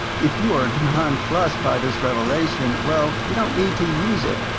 if you are nonplussed by this revelation, well, you don't need to use it,